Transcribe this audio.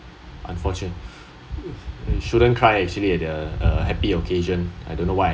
unfortune~ shouldn't cry actually at the the happy occasion I don't know why I cried